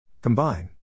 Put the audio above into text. Combine